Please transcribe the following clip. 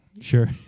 Sure